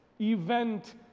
event